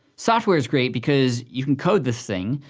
software is great because, you can code this thing,